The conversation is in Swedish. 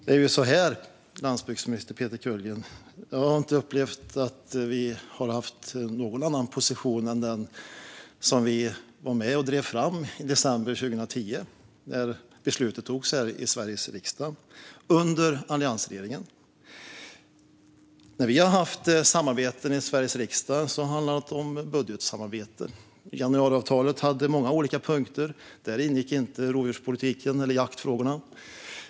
Det är ju så här, landsbygdsminister Peter Kullgren: Jag har inte upplevt att vi har haft någon annan position än den som vi var med och drev fram i december 2010 när beslutet togs här i Sveriges riksdag under alliansregeringen. När vi har haft samarbeten i Sveriges riksdag har det handlat om budgetsamarbete. Januariavtalet hade många olika punkter. Där ingick inte rovdjurspolitiken eller jaktfrågorna.